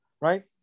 right